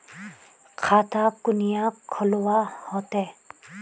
खाता कुनियाँ खोलवा होते?